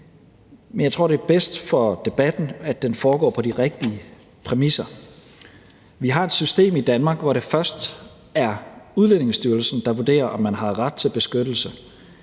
men jeg tror, det er bedst for debatten, at den foregår på de rigtige præmisser. Vi har et system i Danmark, hvor det først er Udlændingestyrelsen, der vurderer, om man har ret til beskyttelse,